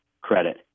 credit